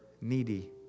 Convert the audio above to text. needy